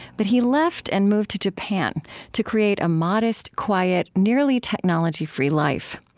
but he left and moved to japan to create a modest, quiet, nearly technology-free life.